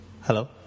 hello